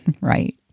right